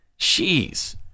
Jeez